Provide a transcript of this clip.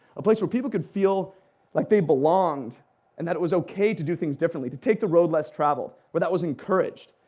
a place where people could feel like they belonged and that it was ok to do things differently, take the road less traveled, where that was encouraged,